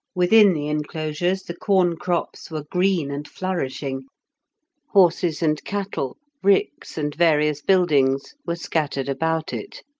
within the enclosures the corn crops were green and flourishing horses and cattle, ricks and various buildings, were scattered about it.